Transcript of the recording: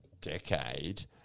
decade